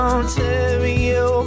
Ontario